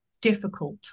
difficult